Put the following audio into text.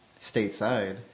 stateside